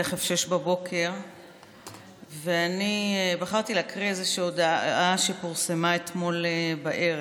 תכף 06:00. בחרתי להקריא איזושהי הודעה שפורסמה אתמול בערב,